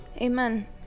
Amen